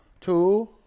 Two